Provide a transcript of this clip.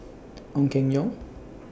Ong Keng Yong